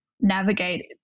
navigate